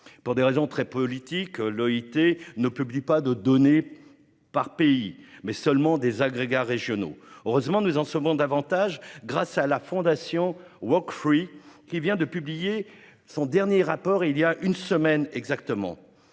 Pour des raisons très politiques, l'OIT publie non pas des données par pays, mais seulement des agrégats régionaux. Heureusement, nous en savons davantage grâce à la, qui vient de publier son dernier rapport voilà tout juste une semaine.